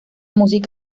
música